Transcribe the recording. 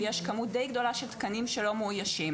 ויש כמות דיי גדולה של תקנים שלא מאוישים